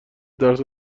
درس